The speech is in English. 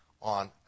on